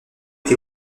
été